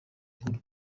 nkuru